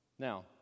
Now